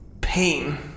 Pain